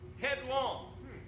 headlong